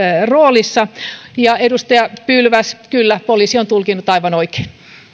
roolissa ja edustaja pylväs kyllä poliisi on tulkinnut aivan oikein